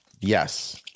Yes